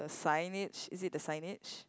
signage is it the signage